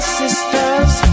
sisters